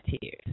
tears